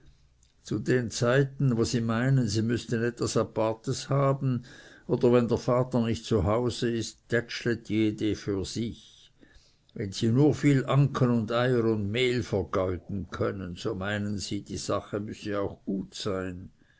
zu den zeiten wo sie meinen sie müßten etwas apartes haben oder wenn der vater nicht zu hause ist tätschlet eine jedere für sich wenn sie nur viel anken und eier und mehl vergeuden können so meinen sie die sache müsse auch gut sein